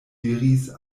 diris